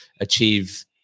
achieve